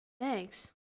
Thanks